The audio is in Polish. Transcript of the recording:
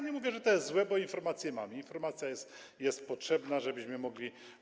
Nie mówię, że to jest złe, bo informację mamy, informacja jest potrzebna, żebyśmy mogli.